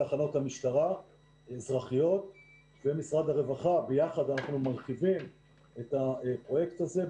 בתחנות המשטרה וביחד עם משרד הרווחה אנחנו מרחיבים את הפרויקט הזה.